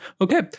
Okay